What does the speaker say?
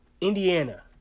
Indiana